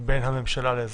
בין הממשלה לאזרחיה.